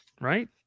right